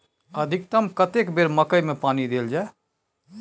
अधिकतम कतेक बेर मकई मे पानी देल जाय?